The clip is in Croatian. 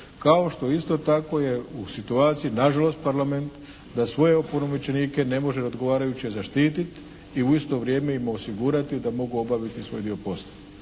kao što isto tako je u situaciju nažalost Parlament da svoje opunomoćenike ne može odgovarajuće zaštiti i u isto vrijeme im osigurati da mogu obaviti svoj dio posla.